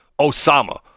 Osama